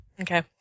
Okay